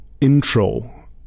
intro